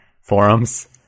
forums